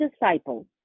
disciple